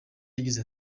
yagize